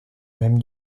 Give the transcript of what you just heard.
même